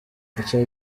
icyo